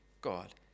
God